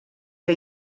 que